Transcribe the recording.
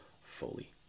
fully